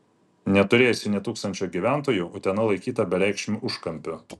neturėjusi nė tūkstančio gyventojų utena laikyta bereikšmiu užkampiu